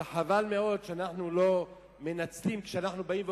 וחבל מאוד שאנחנו לא מנצלים כשאנחנו באים ואומרים,